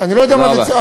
תודה רבה.